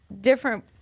different